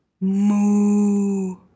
moo